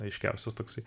aiškiausias toksai